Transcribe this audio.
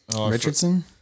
Richardson